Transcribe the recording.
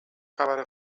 خبر